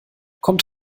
kommt